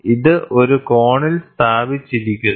ഇത് ഒരു കോണിൽ സ്ഥാപിച്ചിരിക്കുന്നു